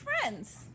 friends